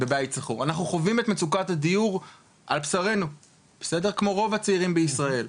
אנחנו חווים את מצוקת הדיור על בשרנו כמו רוב הצעירים בישראל,